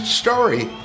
story